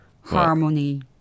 harmony